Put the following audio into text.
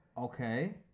Okay